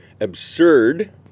absurd